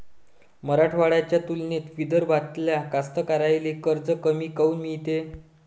मराठवाड्याच्या तुलनेत विदर्भातल्या कास्तकाराइले कर्ज कमी काऊन मिळते?